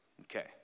Okay